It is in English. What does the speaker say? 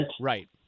Right